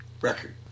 record